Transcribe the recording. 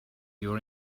your